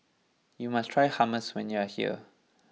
you must try Hummus when you are here